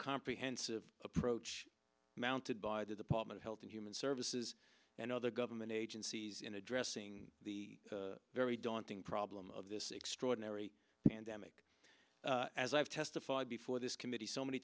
comprehensive approach mounted by the department health and human services and other government agencies in addressing the very daunting problem of this extraordinary pandemic as i've testified before this committee so many